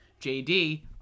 JD